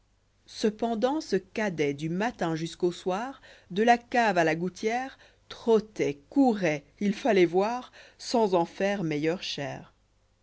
cependant ce cadet du matin jusqu'au soir de la cave à la gouttière trottait courait il falloit voir sans en faire meilleure chère